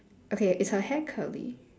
okay is her hair curly